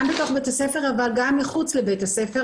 גם בתוך בתי הספר, אבל גם מחוץ לבית הספר.